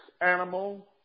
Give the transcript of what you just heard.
animal